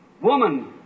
woman